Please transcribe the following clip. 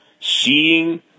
seeing